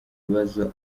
bibazo